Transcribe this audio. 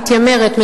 מתיימרת,